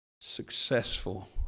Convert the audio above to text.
Successful